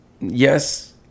yes